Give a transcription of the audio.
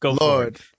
Lord